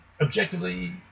Objectively